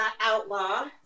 Outlaw